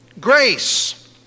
grace